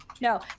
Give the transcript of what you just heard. No